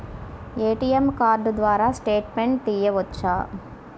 ATM card ద్వారా statement తీయవచ్చా?